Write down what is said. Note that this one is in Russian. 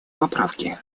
поправки